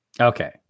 Okay